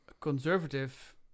conservative